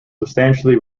substantially